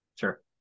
sure